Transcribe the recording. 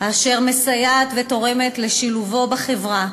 מסייעת ותורמת לשילובו בחברה,